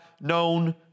known